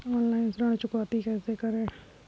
Online ऋण चुकौती कैसे करें?